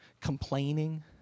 complaining